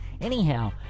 Anyhow